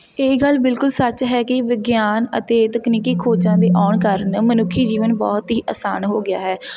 ਇਹ ਗੱਲ ਬਿਲਕੁਲ ਸੱਚ ਹੈ ਕਿ ਵਿਗਿਆਨ ਅਤੇ ਤਕਨੀਕੀ ਖੋਜਾਂ ਦੇ ਆਉਣ ਕਾਰਨ ਮਨੁੱਖੀ ਜੀਵਨ ਬਹੁਤ ਹੀ ਅਸਾਨ ਹੋ ਗਿਆ ਹੈ